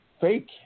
fake